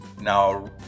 Now